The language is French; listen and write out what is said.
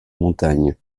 montagne